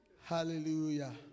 hallelujah